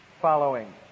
Following